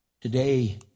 Today